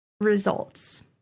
results